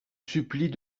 supplie